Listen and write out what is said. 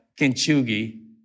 kinchugi